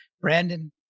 Brandon